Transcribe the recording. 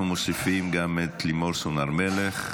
אנחנו מוסיפים גם את לימור סון הר מלך,